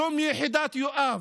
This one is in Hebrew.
שום יחידת יואב,